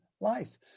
life